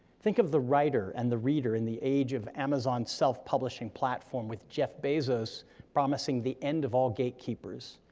think of the writer and the reader in the age of amazon's self-publishing platform with jeff bezos promising the end of all gatekeepers.